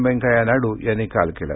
वेंकय्या नायडू यांनी काल केलं